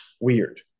weird